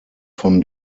von